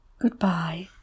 Goodbye